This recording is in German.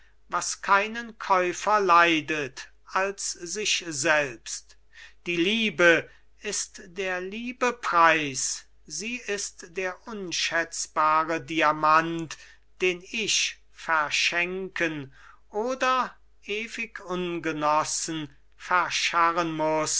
was keinen käufer leidet als sich selbst die liebe ist der liebe preis sie ist der unschätzbare diamant den ich verschenken oder ewig ungenossen verscharren muß